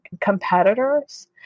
competitors